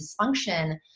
dysfunction